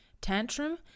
tantrum